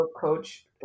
coach